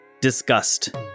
disgust